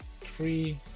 three